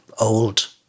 old